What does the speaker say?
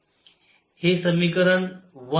हे समीकरण 1 आणि हे समीकरण 2